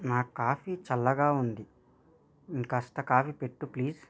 నా కాఫీ చల్లగా ఉంది ఇంకాస్త కాఫీ పెట్టు ప్లీజ్